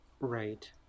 Right